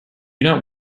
not